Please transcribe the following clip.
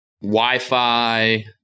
Wi-Fi